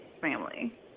family